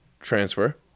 transfer